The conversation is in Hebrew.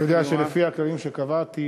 אתה יודע שלפי הכללים שקבעתי,